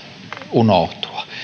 unohtua